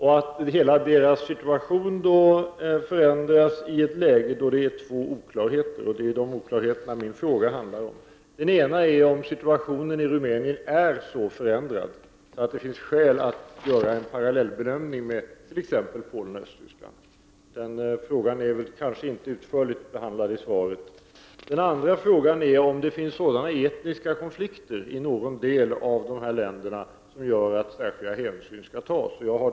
Hela deras situation förändras då i det läge där det uppstår två oklarheter, och det är dessa oklarheter som min fråga handlar om. Den ena är om situationen i Rumänien är så förändrad att det finns skäl att göra en parallell bedömning med t.ex. Polen och Östtyskland. Den frågan är kanske inte så utförligt belyst i svaret. =” Den andra frågan är om det finns sådana etniska konflikter i någon del av dessa länder som gör att särskilda hänsyn skall tas.